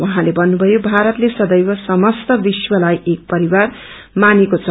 उहाँले भन्नुभयो ीाारतले सदैव समस्त विश्वलाइ एक परिवार मानेको छ